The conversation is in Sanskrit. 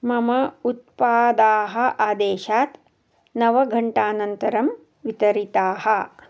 मम उत्पादाः आदेशात् नवघण्टानन्तरं वितरिताः